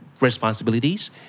responsibilities